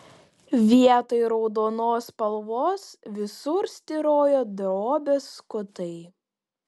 vietoj raudonos spalvos visur styrojo drobės skutai